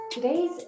Today's